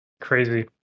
crazy